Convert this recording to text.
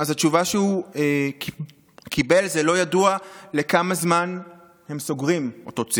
אז התשובה שהוא קיבל היא שלא ידוע לכמה זמן הם סוגרים את אותו צימר.